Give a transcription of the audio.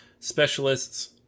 specialists